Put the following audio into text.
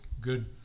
good